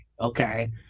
okay